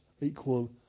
equal